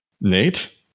Nate